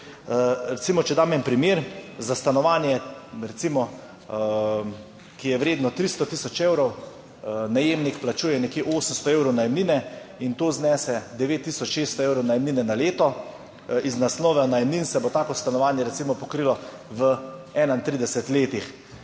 če dam en primer. Za stanovanje, recimo, ki je vredno 300000 evrov, najemnik plačuje nekje 800 evrov najemnine in to znese 9600 evrov najemnine na leto. Iz naslova najemnin se bo tako stanovanje recimo pokrilo v 31 letih.